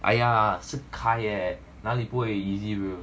!aiya! 是 kyle eh 哪里不会 easy bro